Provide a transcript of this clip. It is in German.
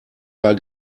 war